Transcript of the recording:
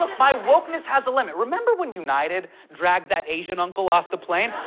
ah my wokeness has a limit. remember when united dragged that asian uncle off the plane?